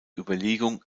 überlegung